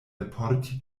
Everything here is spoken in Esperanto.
alporti